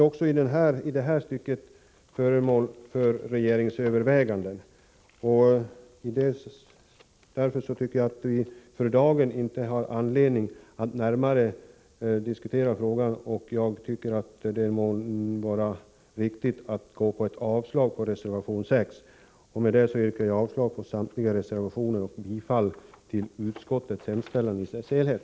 Även denna fråga är föremål för regeringsöverväganden, och det finns därför enligt min mening inte anledning att närmare diskutera den. Mot den bakgrunden yrkar jag avslag på reservation 6. Med detta yrkar jag avslag på samtliga reservationer och bifall till utskottets hemställan i dess helhet.